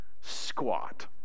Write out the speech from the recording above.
squat